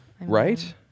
Right